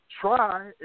try